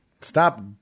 Stop